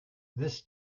this